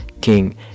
king